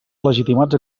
legitimats